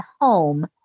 home